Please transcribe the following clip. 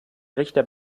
richter